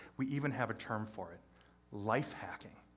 we even have a term for it life hacking.